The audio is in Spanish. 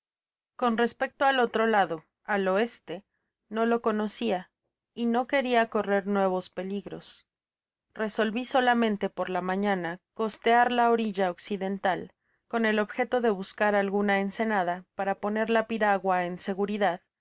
con respecto al otro lado el oeste no lo conocía y no queria correr nuevos peligros resolví solamente por la mañana costear la orilla occidental con el objeto de buscar alguna ensenada para poner la piragua en seguridad